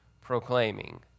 proclaiming